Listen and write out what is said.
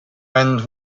end